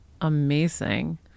amazing